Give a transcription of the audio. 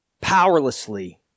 powerlessly